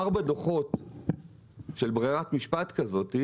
ארבעה דוחות של ברירת משפט כזאת,